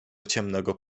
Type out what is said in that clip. ciemnego